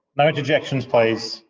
no interjections, please.